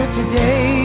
today